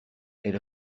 elle